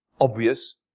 obvious